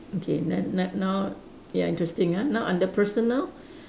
okay then now now ya interesting ah now under personal